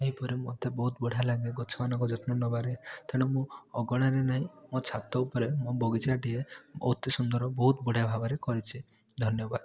ଏହିପରି ମୋତେ ବହୁତ ବଢ଼ିଆ ଲାଗେ ଗଛମାନଙ୍କ ଯତ୍ନ ନେବାରେ ତେଣୁ ମୁଁ ଅଗଣାରେ ନାଇଁ ମୋ ଛାତ ଉପରେ ମୋ ବଗିଚାଟିଏ ଅତି ସୁନ୍ଦର ବହୁତ ବଢ଼ିଆ ଭାବରେ କରିଛି ଧନ୍ୟବାଦ